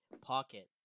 pocket